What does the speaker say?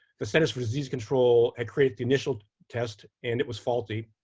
the centers for disease control had created the initial test, and it was faulty.